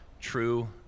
true